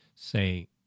say